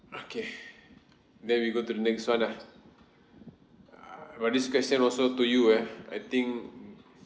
okay then we go to the next one ah !wah! this question also to you eh I think